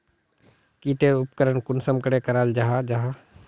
की टेर उपकरण कुंसम करे कराल जाहा जाहा?